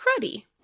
cruddy